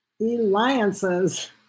Alliances